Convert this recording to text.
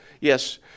Yes